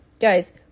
Guys